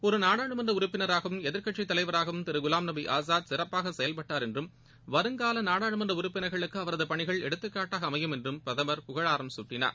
ஒருநாடாளுமன்றஉறுப்பினராகவும் எதிர்க்கட்சித் தலைவராகவும் திருகுலாம்நபிஆஸாத் சிறப்பாகசெயல்பட்டார் என்றும் வருங்காலநாடாளுமன்றஉறுப்பினா்களுக்குஅவரதுபணிகள் எடுத்துக் காட்டாகஅமையும் என்றும் பிரதமா புகழாரம் சூட்டினார்